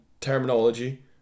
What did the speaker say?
terminology